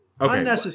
Okay